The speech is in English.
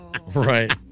Right